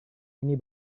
ini